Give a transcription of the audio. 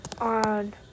on